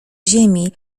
ziemi